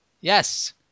yes